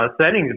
settings